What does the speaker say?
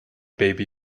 baby